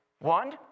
One